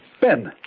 Ben